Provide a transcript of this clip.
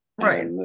Right